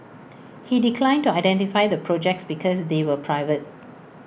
he declined to identify the projects because they were private